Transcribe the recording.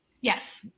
Yes